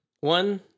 one